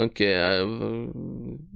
Okay